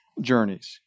journeys